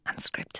Unscripted